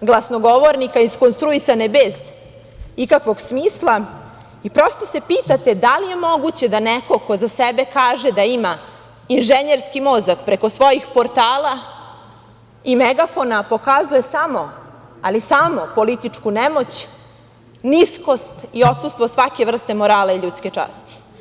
glasnogovornika, iskonstruisane bez ikakvog smisla i prosto se pitate – da li je moguće da neko ko za sebe kaže da ima inženjerski mozak, preko svojih portala i megafona, pokazuje samo, ali samo političku nemoć, niskost i odsustvo svake vrste morala i ljudske časti.